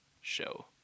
show